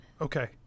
Okay